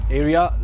area